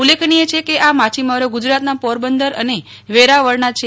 ઉલ્લેખનીય છે કે આ માછીમારો ગુજરાતના પોરબંદર અને વેરાવળના છે